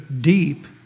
deep